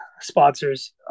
Sponsors